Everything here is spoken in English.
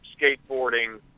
skateboarding